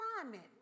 assignment